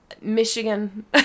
Michigan